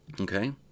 okay